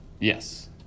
Yes